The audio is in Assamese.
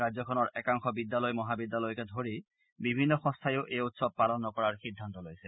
ৰাজ্যখনৰ একাংশ বিদ্যালয় মহাবিদ্যালয়কে ধৰি বিভিন্ন সংস্থাইও এই উৎসৱ পালন নকৰাৰ সিদ্ধান্ত লৈছে